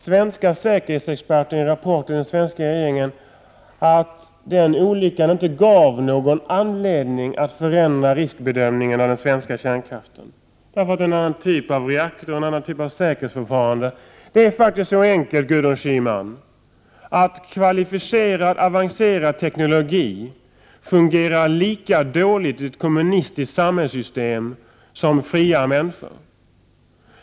Svenska säkerhetsexperter sade ju i en rapport till den svenska regeringen att den olyckan inte gav någon anledning att förändra riskbedömningen av den svenska kärnkraften. Där finns en annan typ av reaktorer och ett annat säkerhetsförfarande. Det är så enkelt, Gudrun Schyman, att kvalificerad och avancerad teknologi fungerar lika dåligt i ett kommunistiskt samhällssystem som fria människor.